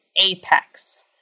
apex